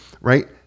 Right